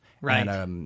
Right